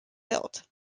built